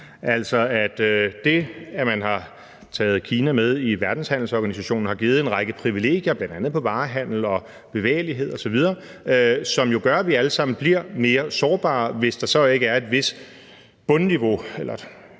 altså at det, at man har taget Kina med i Verdenshandelsorganisationen, har givet en række privilegier bl.a. i forbindelse med varehandel, bevægelighed osv., som jo gør, at vi alle sammen bliver mere sårbare, hvis der så ikke er et vist bundniveau